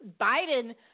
Biden